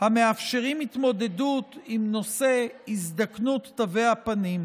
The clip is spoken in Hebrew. והם מאפשרים התמודדות עם נושא ההזדקנות תווי הפנים,